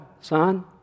son